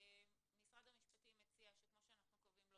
משרד המשפטים מציע שכמו שאנחנו קובעים "לא